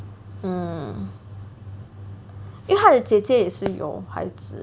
mm 因为他的姐姐也是有孩子